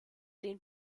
den